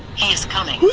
he's coming. who's